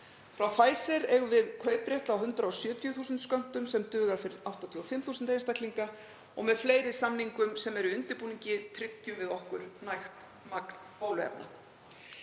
Frá Pfizer eigum við kauprétt á 170.000 skömmtum sem duga fyrir 85.000 einstaklinga og með fleiri samningum sem eru í undirbúningi tryggjum við okkur nægt magn bóluefna.